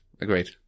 Agreed